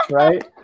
right